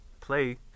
play